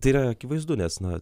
tai yra akivaizdu nes na